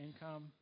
income